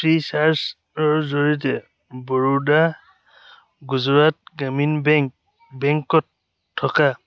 free চাৰ্জৰ জৰিয়তে বৰোডা গুজৰাট গ্ৰামীণ বেংক বেংকত থকা